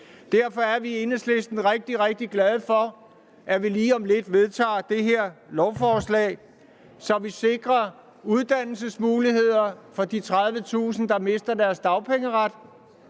Derfor er vi i Enhedslisten rigtig, rigtig glade for, at vi lige om lidt vedtager det her lovforslag, så vi sikrer uddannelsesmuligheder for de 30.000, der mister deres dagpengeret,